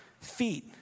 feet